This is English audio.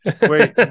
Wait